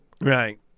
Right